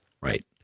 Right